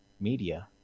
media